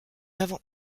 avant